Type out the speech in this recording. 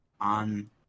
on